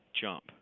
jump